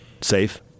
Safe